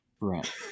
Right